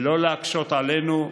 ולא להקשות עלינו.